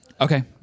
Okay